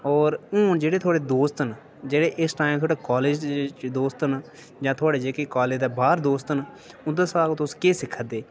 और हून जेह्ड़े थुआढ़े दोस्त न जेह्ड़े इस टाइम थुआढ़े कालेज च दोस्त न जां थुआढ़े जेह्के कालेज दे बाह्र दोस्त न उं'दा शा तुस केह् सिक्खै दे